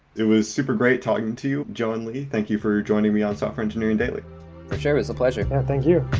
it was super great talking to you, joe and lee. thank you for joining me on software engineering daily sure, it was a pleasure. yeah, thank you.